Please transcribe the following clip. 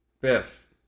Biff